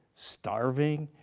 starving,